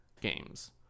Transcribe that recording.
games